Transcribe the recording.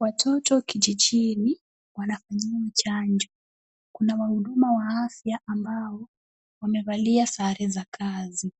Watoto kijijini wanafanyiwa chanjo. Kuna wahudumu wa afya ambao wamevalia sare za kazi.